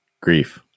grief